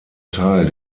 teil